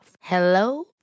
Hello